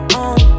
on